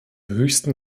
höchsten